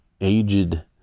aged